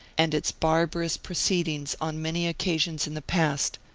and its barbar ous proceedings on many occasions in the past,